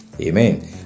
Amen